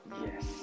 yes